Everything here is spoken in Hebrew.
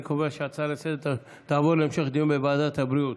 אני קובע שההצעה לסדר-היום תעבור להמשך דיון בוועדת הבריאות.